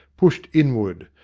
pushed inward,